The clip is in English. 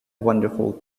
wonderful